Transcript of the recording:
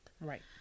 Right